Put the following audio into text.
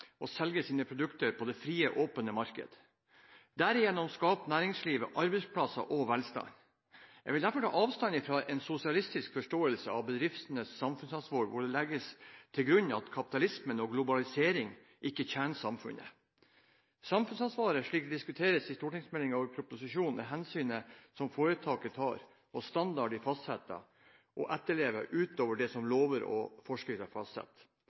å selge sine produkter på det frie, åpne markedet. Derigjennom skaper næringslivet arbeidsplasser og velstand. Jeg vil derfor ta avstand fra en sosialistisk forståelse av bedriftenes samfunnsansvar hvor det legges til grunn at kapitalisme og globalisering ikke tjener samfunnet. Samfunnsansvar slik det diskuteres både i stortingsmeldingen og i proposisjonen, er hensyn som foretakene tar og standarder de fastsetter og etterlever utover det som lover og forskrifter